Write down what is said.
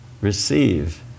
receive